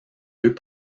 deux